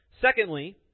Secondly